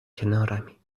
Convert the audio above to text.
کنارمی